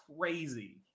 crazy